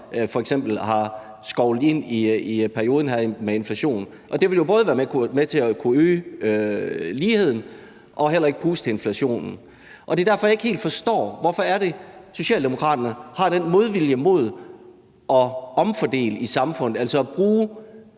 har skovlet ind i perioden her med inflation. Det ville jo være med til at kunne øge ligheden, og det ville ikke puste til inflationen. Det er derfor, jeg ikke helt forstår, hvorfor Socialdemokraterne har den modvilje mod at omfordele i samfundet, altså bruge